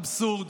אבסורד.